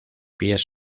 pies